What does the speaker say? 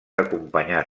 acompanyar